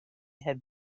have